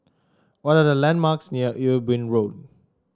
what are the landmarks near Ewe Boon Road